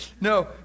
No